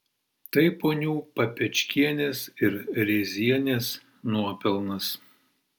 tai ponių papečkienės ir rėzienės nuopelnas